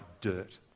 dirt